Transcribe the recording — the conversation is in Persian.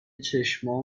چشمام